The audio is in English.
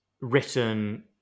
written